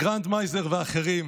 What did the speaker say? הגרנדמייזר ואחרים,